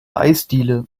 eisdiele